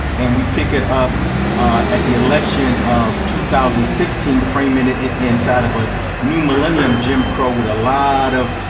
and we pick it up at the election of two thousand and sixteen framing it inside of a new millennium jim crow with a lot of